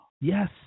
Yes